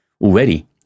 already